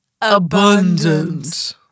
abundant